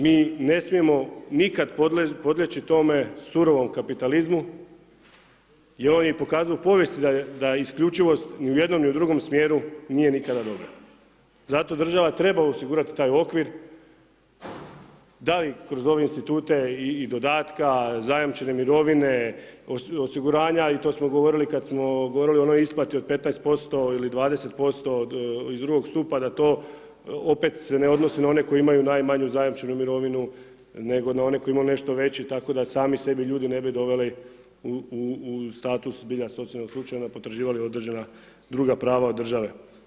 Mi ne smijemo nikad podleći tome surovom kapitalizmu, jer on je pokazao u povijesti da isključivost ni u jednom ni u drugom smjeru nije nikada dobra, zato država treba osigurati tak okvir, da li kroz ove institute i dodatka, zajamčene mirovine, osiguranja, to smo govorili kad smo govorili o onoj isplati od 15% ili 20% iz drugog stupa, da to opet ne odnosi se na one koji imaju najmanju zajamčenu mirovinu, nego na one koji imaju nešto veći, tako da sami sebi ljudi ne bi doveli u status zbilja socijalnog slučaju, onda potraživali određena druga prava od države.